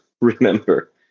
remember